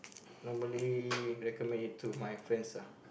normally recommend it to my friends ah